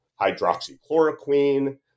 hydroxychloroquine